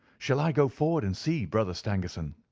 shall i go forward and see, brother stangerson,